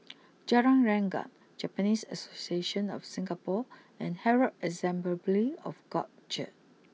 Jalan Rengkam Japanese Association of Singapore and Herald Assemble of God Church